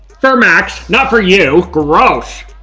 for max. not for you. gross!